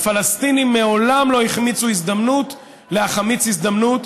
הפלסטינים מעולם לא החמיצו הזדמנות להחמיץ הזדמנות.